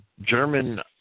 German